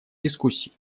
дискуссий